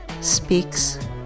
Speaks